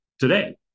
today